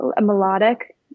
melodic